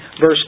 verse